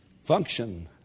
Function